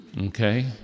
okay